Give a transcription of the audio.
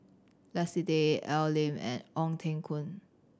Leslie Tay Al Lim and Ong Teng Koon